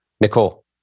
Nicole